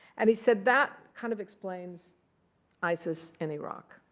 and he said, that kind of explains isis in iraq.